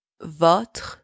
Votre